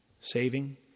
saving